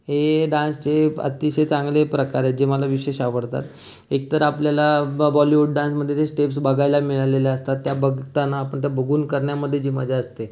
हे डान्सचे अतिशय चांगले प्रकार आहेत जे मला विशेष आवडतात एक तर आपल्याला ब बॉलीवूड डान्समध्ये जे स्टेप्स बघायला मिळालेले असतात त्या बघताना आपण त्या बघून करण्यामध्ये जी मजा असते